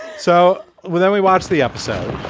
so when we watch the episode,